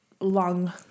long